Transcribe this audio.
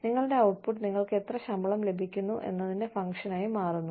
നിങ്ങളുടെ ഔട്ട്പുട്ട് നിങ്ങൾക്ക് എത്ര ശമ്പളം ലഭിക്കുന്നു എന്നതിന്റെ ഫംഗ്ഷനായി മാറുന്നു